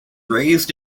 raised